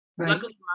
Luckily